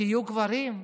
תהיו גברים,